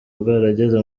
bwarageze